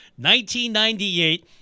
1998